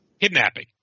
Kidnapping